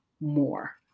more